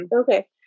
Okay